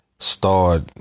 Start